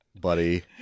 buddy